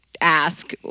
ask